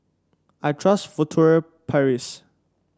I trust Furtere Paris